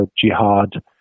Jihad